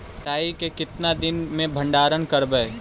कटाई के कितना दिन मे भंडारन करबय?